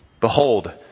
Behold